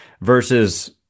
versus